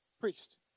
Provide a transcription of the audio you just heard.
priest